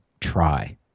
try